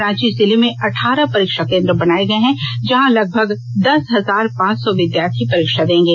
रांची जिले में अठारह परीक्षा केंद्र बनाए गए हैं जहां लगभग दस हजार पांच सौ विद्यार्थी परीक्षा देंगे